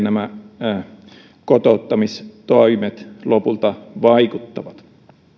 nämä kotouttamistoimet lopulta vaikuttavat